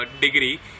degree